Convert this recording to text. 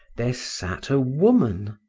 there sat a woman,